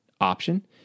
option